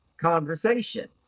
conversation